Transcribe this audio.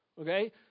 Okay